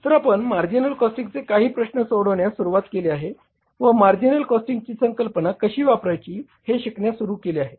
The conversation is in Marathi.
तर आपण मार्जिनल कॉस्टिंगचे काही प्रश्न सोडवण्यास सुरुवात केले आहे व मार्जिनल कॉस्टिंगची संकल्पना कशी वापरायची हे शिकण्यास सुरु केले आहे